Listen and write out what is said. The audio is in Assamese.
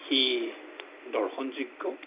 সি দৰ্শনযোগ্য